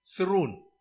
throne